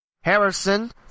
Harrison